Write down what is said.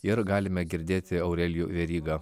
ir galime girdėti aurelijų verygą